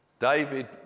David